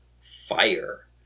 fire